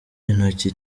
intoki